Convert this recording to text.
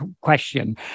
question